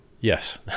Yes